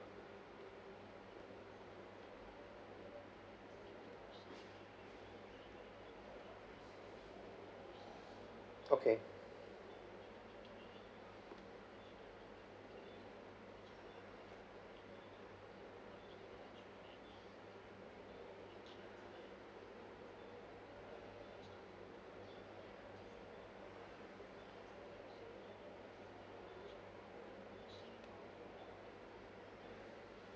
okay